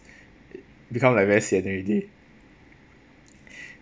become like very [sian] already